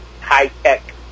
high-tech